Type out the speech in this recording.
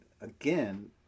again